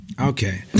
Okay